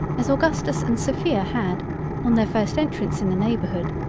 as augustus and sophia had on their first entrance in the neighbourhood,